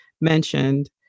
mentioned